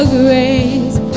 grace